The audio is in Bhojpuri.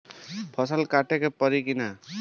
फसल काटे के परी कि न?